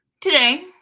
today